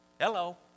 Hello